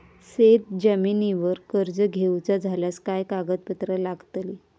शेत जमिनीवर कर्ज घेऊचा झाल्यास काय कागदपत्र लागतली?